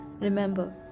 Remember